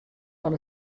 fan